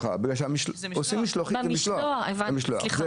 ששקית הראשונה צריכה להיות בחינם.